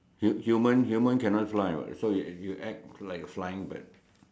human human cannot fly what so you act like a flying bird